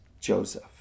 Joseph